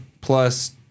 plus